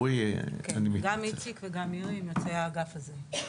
גם איציק וגם מירי הם יוצאי האגף הזה,